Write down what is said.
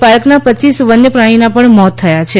પાર્કના પચીસ વન્યપ્રાણીનાં પણ મોત થયાં છે